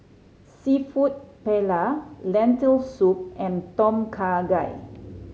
Seafood Paella Lentil Soup and Tom Kha Gai